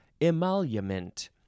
Emolument